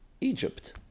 Egypt